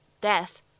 death